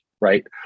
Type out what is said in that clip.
right